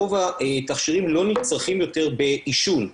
רוב התכשירים לא נצרכים יותר בעישון,